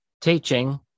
Teaching